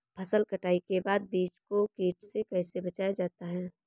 फसल कटाई के बाद बीज को कीट से कैसे बचाया जाता है?